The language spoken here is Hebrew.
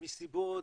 מסיבות